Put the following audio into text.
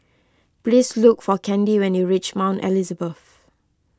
please look for Candi when you reach Mount Elizabeth